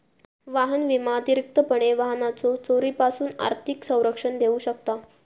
वाहन विमा अतिरिक्तपणे वाहनाच्यो चोरीपासून आर्थिक संरक्षण देऊ शकता